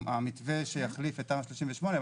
המתווה שיחליף את תמ"א 38,